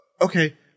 Okay